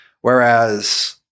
whereas